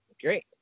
great